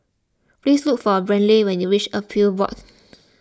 please look for Brantley when you reach Appeals Board